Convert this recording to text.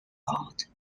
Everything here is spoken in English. allowed